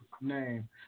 name